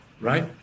right